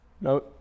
No